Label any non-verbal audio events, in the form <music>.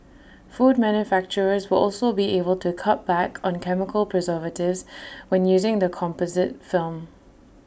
food manufacturers will also be able to cut back on chemical preservatives <noise> when using the composite film